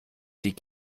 die